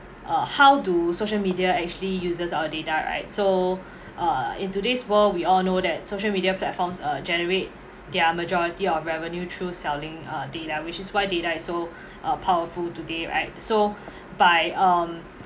uh how do social media actually uses our data right so uh in today's world we all know that social media platforms uh generate their majority of revenue through selling uh data which is why data is so powerful today right so by um